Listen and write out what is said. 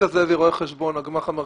רואה חשבון, הגמ"ח המרכזי.